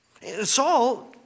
Saul